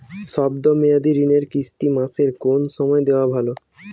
শব্দ মেয়াদি ঋণের কিস্তি মাসের কোন সময় দেওয়া ভালো?